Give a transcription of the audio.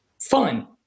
fun